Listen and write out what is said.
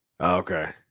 Okay